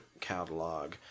catalog